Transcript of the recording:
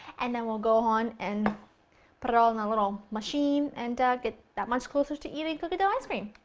and then we'll go on and put it all in the little machine and get that much closer to eating cookie dough ice cream!